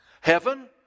heaven